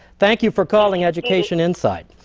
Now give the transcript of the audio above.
thank you for calling education insight.